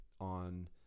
on